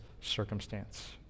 circumstance